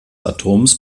atoms